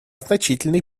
значительный